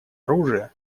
оружия